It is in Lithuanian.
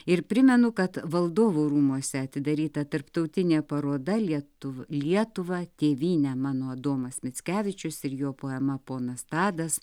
ir primenu kad valdovų rūmuose atidaryta tarptautinė paroda lietuvių lietuva tėvyne mano adomas mickevičius ir jo poema ponas tadas